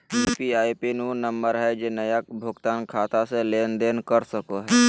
UPI PIN उ number हइ जे नया भुगतान खाता से लेन देन कर सको हइ